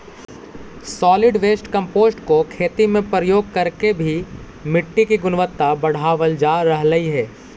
solid waste compost को खेती में प्रयोग करके भी मिट्टी की गुणवत्ता बढ़ावाल जा रहलइ हे